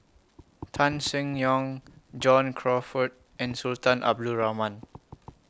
Tan Seng Yong John Crawfurd and Sultan Abdul Rahman